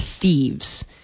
thieves